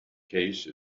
case